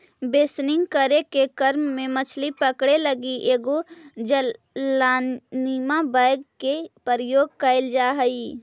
बेसनिंग करे के क्रम में मछली पकड़े लगी एगो जालीनुमा बैग के प्रयोग कैल जा हइ